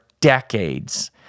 decades